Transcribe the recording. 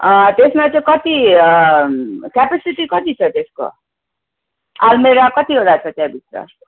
त्यसमा चाहिँ कति क्यापासिटी कति छ त्यसको आलमिरा कतिवटा छ त्यहाँभित्र